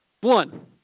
One